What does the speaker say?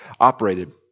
operated